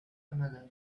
another